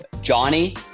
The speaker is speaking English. Johnny